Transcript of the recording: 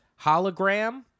hologram